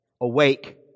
awake